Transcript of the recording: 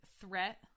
threat